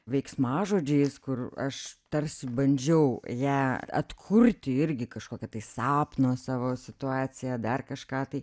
veiksmažodžiais kur aš tarsi bandžiau ją atkurti irgi kažkokio tai sapno savo situaciją dar kažką tai